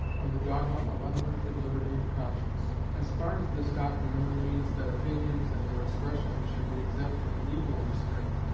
or the dogma of unlimited liberty of conscience. as far as this doctrine only means that opinions, and their expression, should be exempt from legal restraint,